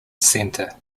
centre